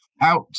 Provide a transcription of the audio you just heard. out